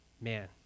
man